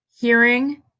hearing